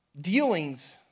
dealings